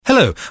Hello